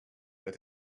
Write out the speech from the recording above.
that